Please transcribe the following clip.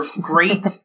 great